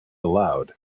aloud